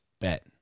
Bet